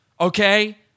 Okay